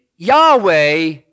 Yahweh